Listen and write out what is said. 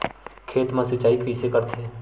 खेत मा सिंचाई कइसे करथे?